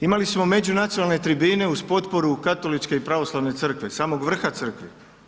Imali smo međunacionalne tribine uz potporu Katoličke i Pravoslavne Crkve, samog vrha Crkve.